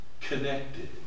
connected